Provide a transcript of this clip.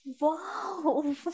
Wow